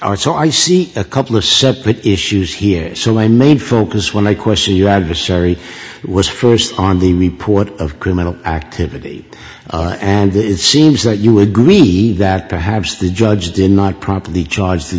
are so i see a couple of separate issues here so when main focus when i question your adversary was first on the report of criminal activity and it seems that you agree that perhaps the judge did not properly charge the